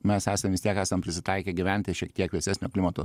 mes esam vis tiek esam prisitaikę gyventi šiek tiek vėsesnio klimato